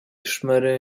szmery